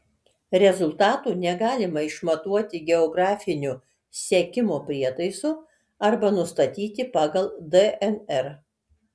rezultatų negalima išmatuoti geografiniu sekimo prietaisu arba nustatyti pagal dnr